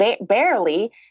barely